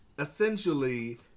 Essentially